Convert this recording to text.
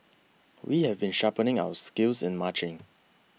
we have been sharpening our skills in marching